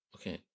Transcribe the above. okay